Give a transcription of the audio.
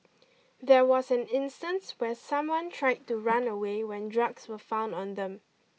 there was an instance where someone tried to run away when drugs were found on them